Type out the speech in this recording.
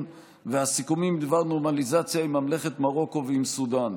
והסיכומים בדבר נורמליזציה עם ממלכת מרוקו ועם סודאן.